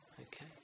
okay